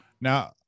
Now